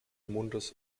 mondes